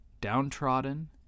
downtrodden